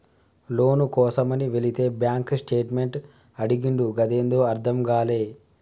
లోను కోసమని వెళితే bank statement అడిగిండు గదేందో అర్థం గాలే